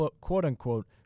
quote-unquote